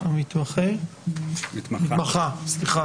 אמרתי את עמדתי, לא הסתרתי